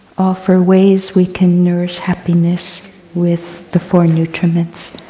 offer ways we can nourish happiness with the four nutriments.